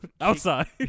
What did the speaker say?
outside